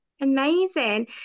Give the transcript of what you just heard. Amazing